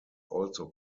also